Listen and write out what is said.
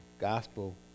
gospel